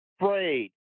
afraid